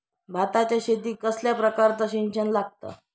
भाताच्या शेतीक कसल्या प्रकारचा सिंचन लागता?